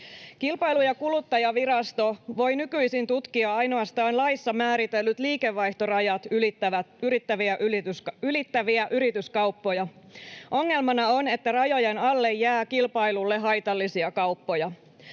Kilpailu- ja kuluttajavirasto voi nykyisin tutkia ainoastaan laissa määritellyt liikevaihtorajat ylittäviä yrityskauppoja. Ongelmana on, että rajojen alle jää kilpailulle haitallisia kauppoja.